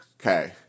Okay